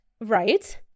right